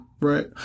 Right